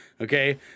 okay